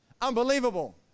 Unbelievable